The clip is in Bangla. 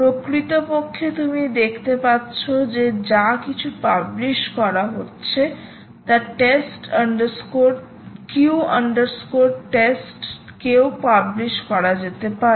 প্রকৃতপক্ষে তুমি দেখতে পাচ্ছো যে যা কিছু পাবলিশ করা হচ্ছে তা টেস্ট কিউ queue test কেও পাবলিশ করা যেতে পারে